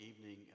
evening